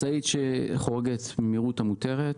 משאית שחורגת מהמהירות המותרת,